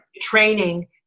training